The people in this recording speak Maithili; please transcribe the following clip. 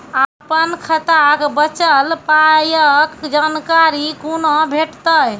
अपन खाताक बचल पायक जानकारी कूना भेटतै?